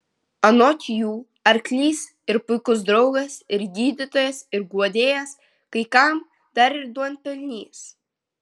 anot jų arklys ir puikus draugas ir gydytojas ir guodėjas kai kam dar ir duonpelnys